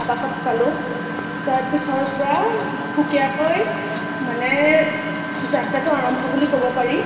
আবাসত পালোঁ তাৰ পিছৰ পৰা সুকীয়াকৈ মানে যাত্ৰাটো আৰম্ভ বুলি ক'ব পাৰি